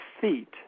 feet